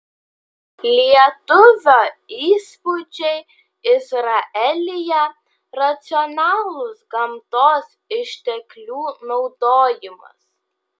lietuvio įspūdžiai izraelyje racionalus gamtos išteklių naudojimas